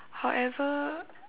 however